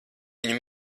viņu